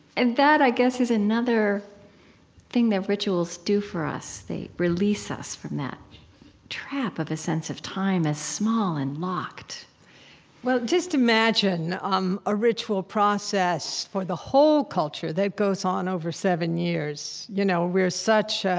and that, i guess, is another thing that rituals do for us they release us from that trap of a sense of time as small and locked well, just imagine um a ritual process for the whole culture that goes on over seven years. you know we're such,